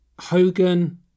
Hogan